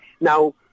now